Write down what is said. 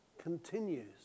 continues